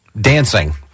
dancing